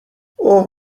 اوه